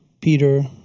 Peter